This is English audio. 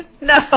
No